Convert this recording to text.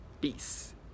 Peace